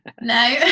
no